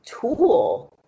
tool